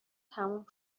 تموم